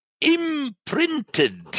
imprinted